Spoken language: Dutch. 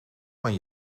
van